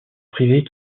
privées